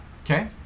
Okay